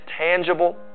tangible